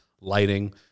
lighting